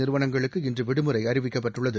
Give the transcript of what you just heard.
நிறுவனங்களுக்கு இன்று விடுமுறை அறிவிக்கப்பட்டுள்ளது